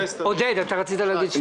עודד פורר, רצית להגיד שני משפטים.